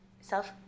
self